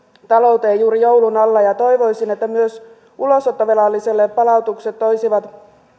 talouteen juuri joulun alla ja toivoisin että myös ulosottovelalliselle palautukset toisivat